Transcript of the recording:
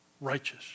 Righteous